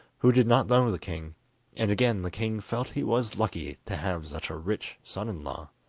who did not know the king and again the king felt he was lucky to have such a rich son-in-law.